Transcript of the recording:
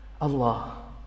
Allah